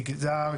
מגזר,